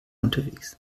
unterwegs